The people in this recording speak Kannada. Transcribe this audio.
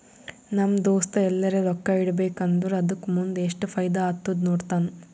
ನಮ್ ದೋಸ್ತ ಎಲ್ಲರೆ ರೊಕ್ಕಾ ಇಡಬೇಕ ಅಂದುರ್ ಅದುಕ್ಕ ಮುಂದ್ ಎಸ್ಟ್ ಫೈದಾ ಆತ್ತುದ ನೋಡ್ತಾನ್